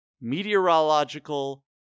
meteorological